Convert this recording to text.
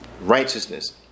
Righteousness